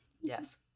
yes